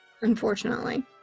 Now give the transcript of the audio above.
Unfortunately